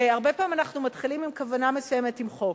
שהרבה פעמים אנחנו מתחילים עם כוונה מסוימת עם חוק,